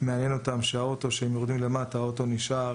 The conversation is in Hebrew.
מעניין אותם שכשהם יורדים למטה האוטו נשאר